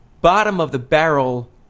bottom-of-the-barrel